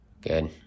Good